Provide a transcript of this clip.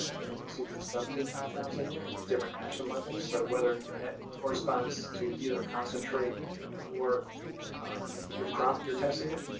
see there's seventeen compounds in there. and there's different action levels. so whether and that corresponds to either concentrate or your crop if you're testing it.